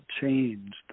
changed